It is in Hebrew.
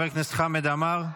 חבר הכנסת חמד עמאר,